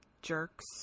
jerks